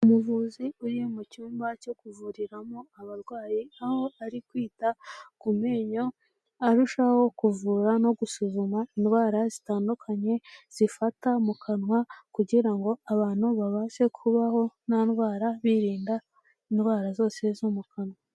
Umuvuzi uri mu cyumba cyo kuvuriramo abarwayi aho ari kwita ku menyo, arushaho kuvura no gusuzuma indwara zitandukanye zifata mu kanwa, kugira ngo abantu babashe kubaho nta ndwara, birinda indwara zose zo mu kanwa.